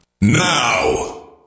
NOW